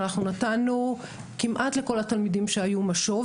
נתנו כמעט לכל התלמידים שהיו למלא משוב